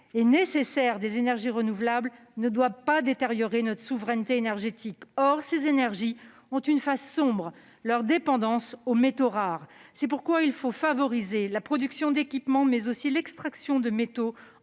et nécessaire des énergies renouvelables ne doit pas détériorer notre souveraineté énergétique. Or ces énergies ont une face sombre : leur dépendance aux métaux rares. C'est pourquoi il faut favoriser non seulement la production d'équipements, mais aussi l'extraction de métaux